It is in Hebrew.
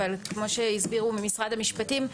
אבל כמו שהסביר משרד המשפטים,